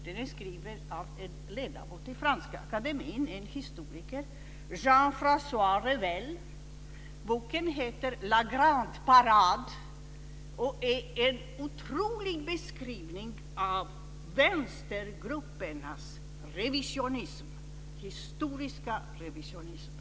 Den är skriven av en ledamot i franska akademin, en historiker, Jean-François Revel. Boken heter La grande parade och är en otrolig beskrivning av vänstergruppernas historiska revisionism.